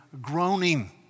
groaning